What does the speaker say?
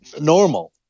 normal